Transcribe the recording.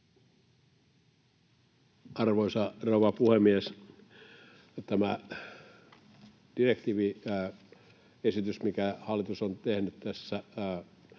Arvoisa rouva puhemies! Tämä direktiiviesitys, minkä hallitus on tehnyt,